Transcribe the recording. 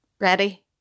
ready